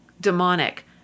demonic